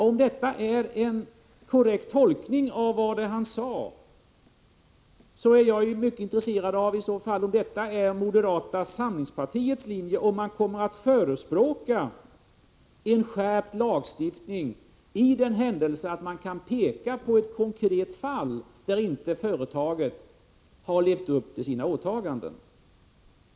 Om detta är en korrekt tolkning av vad Hans Dau sade, är jag mycket intresserad av att höra om detta är moderata samlingspartiets linje och om man kommer att förespråka en skärpt lagstiftning i den händelse man har ett konkret fall att peka på, där företaget inte har levt upp till sina åtaganden.